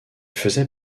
faisait